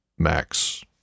max